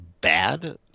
bad